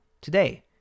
today